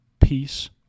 peace